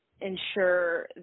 ensure